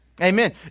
Amen